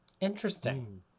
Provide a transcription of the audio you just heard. interesting